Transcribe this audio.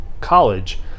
college